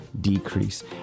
decrease